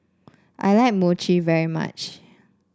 I like Mochi very much